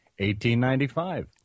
1895